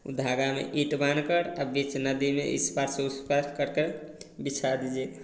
धागा में ईट बान्हकर आ बीच नदी में इस पार से उस पार कर कर बिछा दिजिएगा